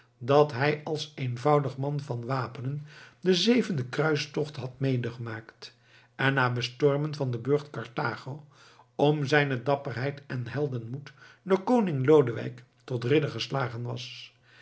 dat hij als eenvoudig man van wapenen den zevenden kruistocht had medegemaakt en na bestormen van den burcht karthago om zijne dapperheid en heldenmoed door koning lodewijk tot ridder geslagen was